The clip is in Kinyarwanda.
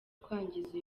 kwangiza